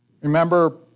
Remember